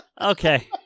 Okay